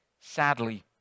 Sadly